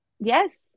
Yes